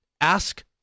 ask